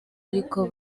ariko